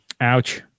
Ouch